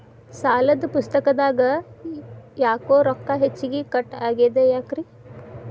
ಸಾಲದ ಪುಸ್ತಕದಾಗ ಯಾಕೊ ರೊಕ್ಕ ಹೆಚ್ಚಿಗಿ ಕಟ್ ಆಗೆದ ಯಾಕ್ರಿ?